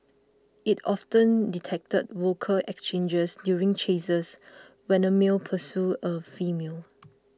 it often detected vocal exchanges during chases when a male pursued a female